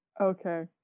Okay